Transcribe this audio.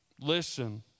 listen